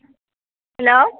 hello